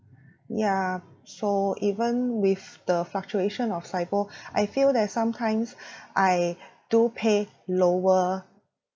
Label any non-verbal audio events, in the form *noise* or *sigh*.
ya so even with the fluctuation of SIBOR *breath* I feel that sometimes I do pay lower